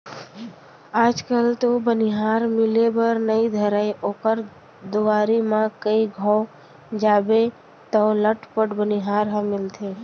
आज कल तो बनिहार मिले बर नइ धरय ओकर दुवारी म कइ घौं जाबे तौ लटपट बनिहार ह मिलथे